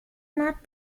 not